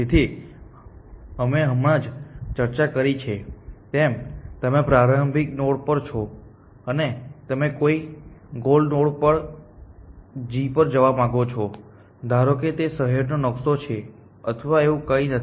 તેથી અમે હમણાં જ ચર્ચા કરી છે તેમ તમે પ્રારંભિક નોડ પર છો અને તમે કોઈ ગોલ નોડ G પર જવા માંગો છો ધારો કે તે શહેરનો નકશો છે અથવા એવું કંઈક છે